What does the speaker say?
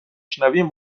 شنویم